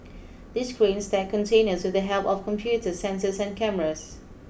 these cranes stack containers with the help of computers sensors and cameras